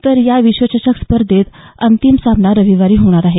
तर या विश्वचषक स्पर्धेचा अंतिम सामना रविवारी होणार आहे